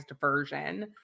version